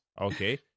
Okay